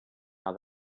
how